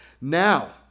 Now